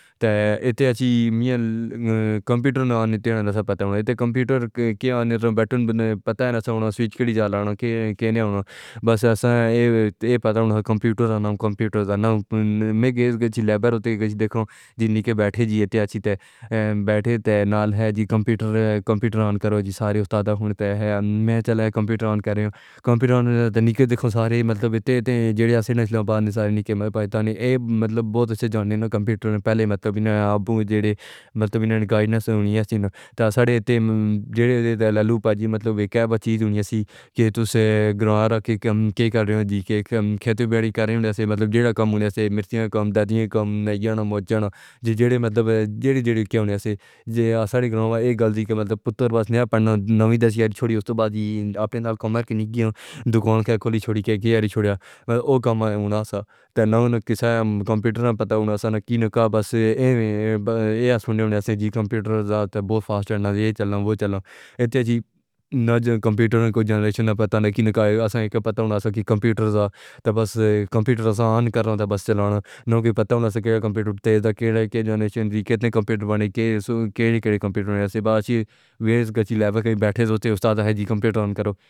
تھا یہ تھی میں کمپیوٹر نہ آنے تین ہزار پتا ہونا تھا، کمپیوٹر کے آنے سے بٹھن پتا ہے، ہم نے سویچ کڑی جال آنا کے کے نہیں آؤں گا، بس ایک پتا ہوا کمپیوٹر اور کمپیوٹرز کا نام ہے۔ کیونکہ لیبر تے دیکھو نہیں بیٹھے تھے، بیٹھے تے نال ہے جی کمپیوٹر کمپیوٹر آن کرو جی سارے استاد اب ہوتے ہیں، میں چلایا کمپیوٹر آن کر رہا ہوں۔ کمپیوٹر نے دیکھو سارے مطلب تے جڑیں اسے لاہور میں سارے نہیں پاتے یہ مطلب بہتر ہے کہ کمپیوٹر نے پہلے مطلب نہیں دیا۔ مطلب انہوں نے گائیڈنس نہیں دی تو ساڑے تے جو لالو پاجی مطلب ہیں کیا بات ہوتی ہے کہ تُسیں گراؤنڈ رکھ کے کیا کر رہے ہو؟ جی کہ کھیتوں بیاڑی کر رہے ہیں، مطلب جیسا کام ہو رہا ہے۔ دادی کا نام جانم آج جانا جو مطلب ہے جیسے ہمارے گاؤں میں یہ گل ہی کہتے ہیں کہ مطلب پتر بس نہ پڑھنا نہ دوسری چھوڑ دی اس کے بعد اپنے ساتھ کام کرکے نہیں گیا تو کہانی کھولی چھوڑی کے کی ہے چھوڑ یا وہ کام ہے انصاف تانو کوئی کمپیوٹر نہ پتا ہونا سا نہ کینکا بس ایسا لگتا ہے کہ کمپیوٹرز تے بہت فاسٹ ہے یہ چلوں وہ چلوں تے جی نہ کمپیوٹر کو جنریشن پتا نہ کے کہ اسے پتا ہونا چاہیے کہ کمپیوٹرز تے بس کمپیوٹرز آن کرنا تاکہ بس چلانا ہونا پتا ہونا چاہیے۔ کمپیوٹر تیز ہے کے جانے کے جانچنڈی کیتنی کمپیوٹر کی کے کمپیوٹرز سے باہر ویسے لیبر کی بیٹھے ہوئے استاد ہے کہ کمپیوٹر آن کرو